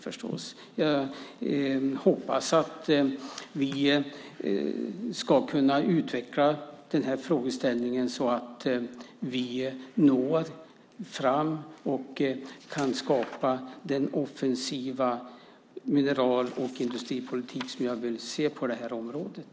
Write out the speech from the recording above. Jag hoppas att vi ska kunna utveckla den här frågeställningen så att vi når fram och kan skapa den offensiva mineral och industripolitik som jag vill se på det här området.